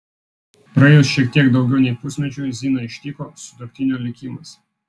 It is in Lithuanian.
praėjus šiek tiek daugiau nei pusmečiui ziną ištiko sutuoktinio likimas